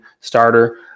starter